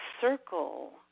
circle